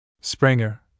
Springer